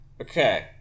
Okay